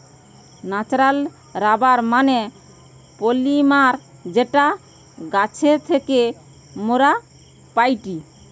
natural rubber মানে polymer যেটা গাছের থেকে মোরা পাইটি